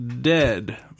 dead